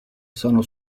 sono